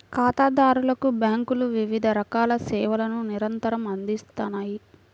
ఖాతాదారులకు బ్యేంకులు వివిధ రకాల సేవలను నిరంతరం అందిత్తన్నాయి